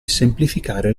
semplificare